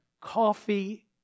coffee